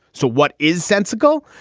so what is sensible?